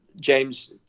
James